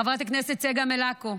חברת הכנסת צגה מלקו,